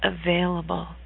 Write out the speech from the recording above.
available